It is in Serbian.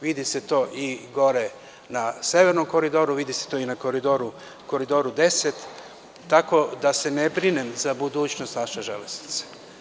Vidi se to i gore na Severnom koridoru, a vidi se to i na Koridoru 10, tako da se ne brinem za budućnost naše železnice.